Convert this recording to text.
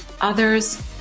Others